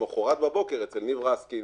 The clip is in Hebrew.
למחרת בבוקר, אצל ניב רסקין,